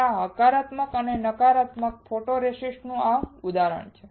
તમારા હકારાત્મક અને નકારાત્મક ફોટોરેસિસ્ટ નું આ ઉદાહરણ છે